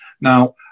Now